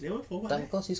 that [one] for what eh